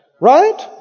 Right